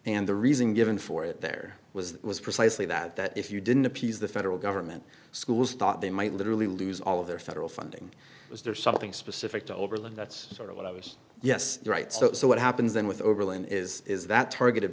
and the reason given for it there was that was precisely that that if you didn't appease the federal government schools thought they might literally lose all of their federal funding was there something specific to overland that's sort of what i was yes all right so so what happens then with oberlin is is that targeted